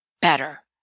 better